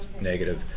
negative